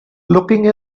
looking